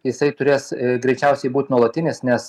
jisai turės greičiausiai būt nuolatinis nes